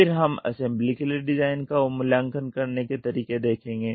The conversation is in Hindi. फिर हम असेंबली के लिए डिजाइन का मूल्यांकन करने के तरीके देखेंगे